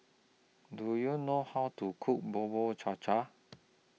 Do YOU know How to Cook Bubur Cha Cha